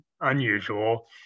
unusual